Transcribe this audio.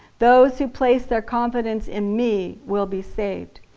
those who place their confidence in me will be saved.